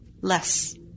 less